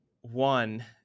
One